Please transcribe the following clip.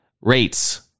rates